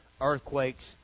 earthquakes